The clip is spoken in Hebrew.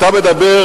תשאל את סילבן.